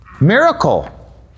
miracle